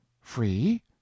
Free